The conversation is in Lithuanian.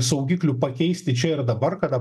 saugiklių pakeisti čia ir dabar kada